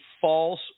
false